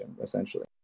essentially